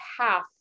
half